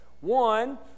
One